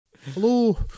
Hello